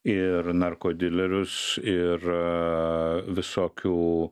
ir narko dilerius ir visokių